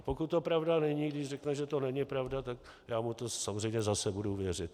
Pokud to pravda není, když řekne, že to není pravda, tak já mu to samozřejmě zase budu věřit.